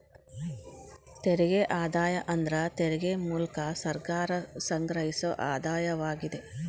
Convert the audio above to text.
ತೆರಿಗೆ ಆದಾಯ ಅಂದ್ರ ತೆರಿಗೆ ಮೂಲ್ಕ ಸರ್ಕಾರ ಸಂಗ್ರಹಿಸೊ ಆದಾಯವಾಗಿದೆ